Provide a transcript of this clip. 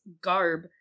garb